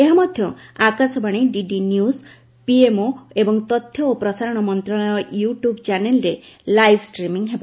ଏହା ମଧ୍ୟ Akashvani DD news PMO ଏବଂ ତଥ୍ୟ ଓ ପ୍ରସାରଣ ମନ୍ତ୍ରଣାଳୟ ୟୁଟ୍ୟୁବ୍ ଚ୍ୟାନେଲ୍ରେ ଲାଇବ୍ ଷ୍ଟ୍ରିମି ହେବ